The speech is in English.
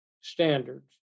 standards